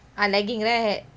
ah lagging right